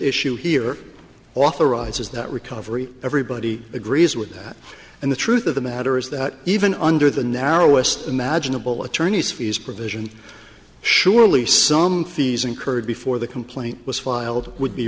issue here authorizes that recovery everybody agrees with that and the truth of the matter is that even under the narrowest imaginable attorneys fees provision surely some fees incurred before the complaint was filed would be